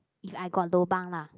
if I got lobang lah